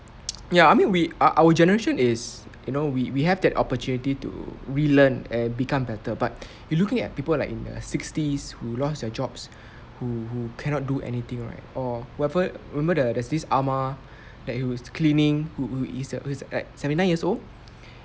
ya I mean we uh our generation is you know we we have that opportunity to re-learn and become better but you're looking at people like in the sixties who lost their jobs who who cannot do anything right or whoever remember there's this amah that he was cleaning who who he is uh seventy nine years old